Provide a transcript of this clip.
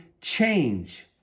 change